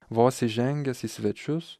vos įžengęs į svečius